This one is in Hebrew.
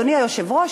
אדוני היושב-ראש,